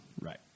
Right